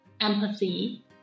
empathy